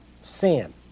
sin